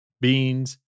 beans